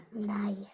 Nice